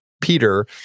Peter